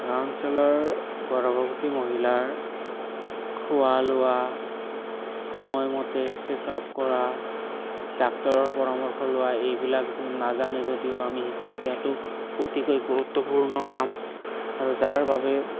গাঁও অঞ্চলৰ গৰ্ভৱতী মহিলাৰ খোৱা লোৱা সময়মতে চেক আপ কৰা ডাক্টৰৰ পৰামৰ্শ লোৱা এইবিলাক যদি নাজানে যদিও আমি শিকাই দিয়াটো অতিকৈ গুৰুত্বপূৰ্ণ কাম আৰু যাৰ বাবে